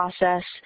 process